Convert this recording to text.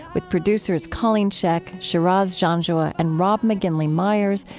with producers colleen scheck, shiraz janjua, and rob mcginley myers,